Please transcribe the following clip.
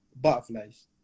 butterflies